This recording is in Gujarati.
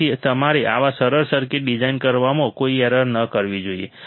તેથી તમારે આવા સરળ સર્કિટ ડિઝાઇન કરવામાં કોઈ એરર ન કરવી જોઈએ